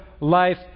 life